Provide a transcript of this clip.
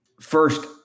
First